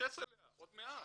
אתייחס אליה עוד מעט,